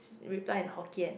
reply in Hokkien